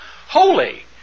holy